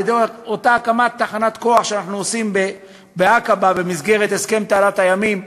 על-ידי הקמת תחנת כוח שאנחנו עושים בעקבה במסגרת הסכם תעלת הימים,